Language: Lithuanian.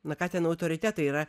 na ką ten autoritetai yra